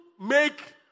make